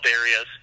areas